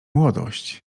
młodość